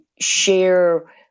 share